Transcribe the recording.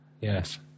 Yes